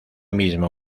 misma